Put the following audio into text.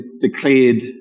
declared